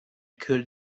could